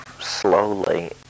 slowly